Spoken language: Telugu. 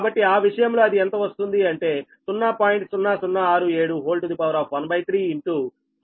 కాబట్టి ఆ విషయంలో అది ఎంత వస్తుంది అంటే 0